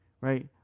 right